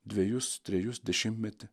dvejus trejus dešimtmetį